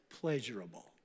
pleasurable